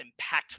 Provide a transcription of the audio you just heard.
impactful